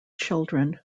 children